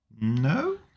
No